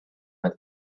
but